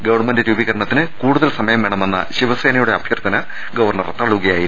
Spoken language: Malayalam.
ഗവൺമെന്റ് രൂപീകരണത്തിന് കൂടുതൽ സമയം വേണമെന്ന ശിവസേനയുടെ അഭ്യർത്ഥന ഗവർണർ തള്ളുകയായിരുന്നു